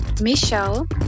Michelle